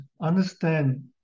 understand